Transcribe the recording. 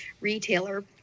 retailer